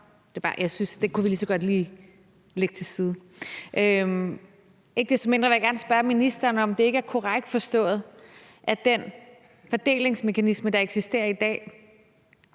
at vi lige så godt lige kan lægge det til side – vil jeg gerne spørge ministeren, om det ikke er korrekt forstået, at den fordelingsmekanisme, der eksisterer i dag,